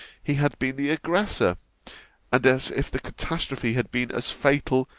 he had been the aggressor and as if the catastrophe had been as fatal,